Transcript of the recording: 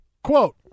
Quote